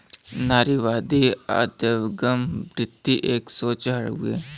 नारीवादी अदगम वृत्ति एक सोच हउए